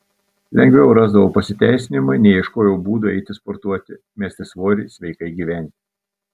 lengviau rasdavau pasiteisinimą nei ieškojau būdų eiti sportuoti mesti svorį sveikai gyventi